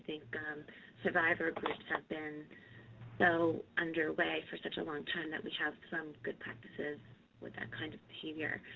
think um survivor groups have been so underway for such a long time that we have some good practices with that kind of behavior.